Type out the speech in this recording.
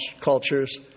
cultures